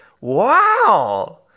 Wow